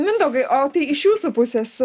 mindaugai o tai iš jūsų pusės